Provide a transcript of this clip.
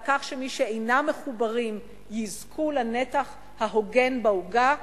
כך שמי שאינם מחוברים יזכו לנתח ההוגן בעוגה,